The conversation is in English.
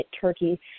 Turkey